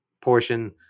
portion